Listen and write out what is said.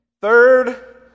third